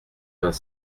vingt